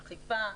אכיפה,